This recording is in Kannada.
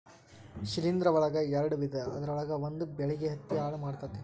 ಶಿಲೇಂಧ್ರ ಒಳಗ ಯಾಡ ವಿಧಾ ಅದರೊಳಗ ಒಂದ ಬೆಳಿಗೆ ಹತ್ತಿ ಹಾಳ ಮಾಡತತಿ